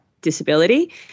disability